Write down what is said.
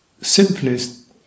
simplest